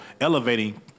elevating